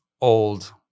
old